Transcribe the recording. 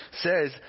says